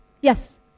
Yes